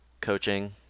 coaching